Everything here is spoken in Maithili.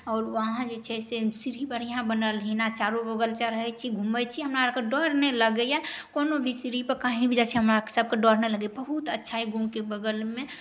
आओर वहाँ जे छै से सीढ़ी बढ़िआँ बनल हन चारू बगल चढ़ै छी घुमै छी हमरा आआरेके डर नहि लगैए कोनो भी सीढ़ीपर कहीँ भी जाइ छी हमरासबके डर नहि लगैए बहुत अच्छा अहि गामके बगलमे